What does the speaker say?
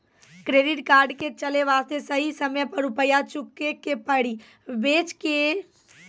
Credit card के चले वास्ते सही समय पर रुपिया चुके के पड़ी बेंच ने ताब कम ब्याज जोरब?